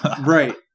Right